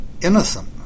innocent